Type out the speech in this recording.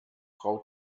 frau